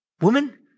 Woman